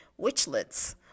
witchlets